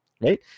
Right